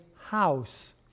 house